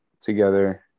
together